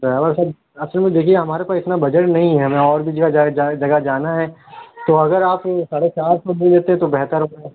driver صاحب آپ دیکھیے ہمارے پاس اتنا بجٹ نہیں ہے ہمیں اور بھی جگہ جانا ہے تو اگر آپ ساڑھے چار سو لے لیتے تو بہتر ہوتا